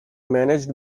managed